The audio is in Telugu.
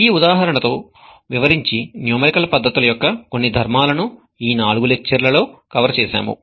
ఈ ఉదాహరణ తో వివరించి న్యూమరికల్ పద్ధతుల యొక్క కొన్ని ధర్మాలను ఈ నాలుగు లెక్చర్ల లో కవర్ చేసాము